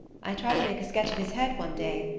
i tried to make a sketch of his head one day,